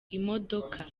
imodoka